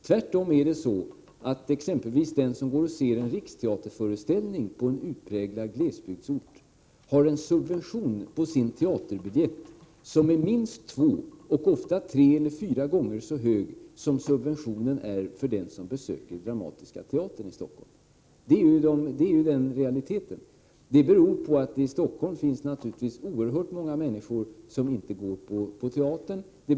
Tvärtom är det så att exempelvis den som går och ser en Riksteaterföreställning på en utpräglad glesbygdsort får en subvention på sin teaterbiljett som är minst två, ofta tre eller fyra, gånger så hög som subventionen är för den som besöker Dramatiska teatern i Stockholm. Detta är realiteten. Det beror naturligtvis på att det i Stockholm finns oerhört många människor som inte går på teatern.